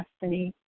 destiny